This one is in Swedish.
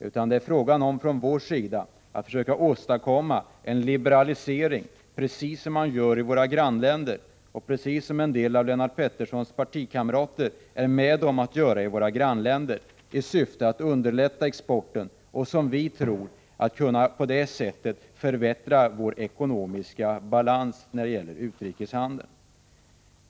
Från vår sida är det fråga om att försöka åstadkomma en liberalisering — precis som man gör i våra grannländer där även en del av Lennart Petterssons partivänner är med om att göra detta — i syfte att underlätta exporten och för att, som vi tror, på det sättet kunna förbättra vår ekonomiska balans i utrikeshandeln.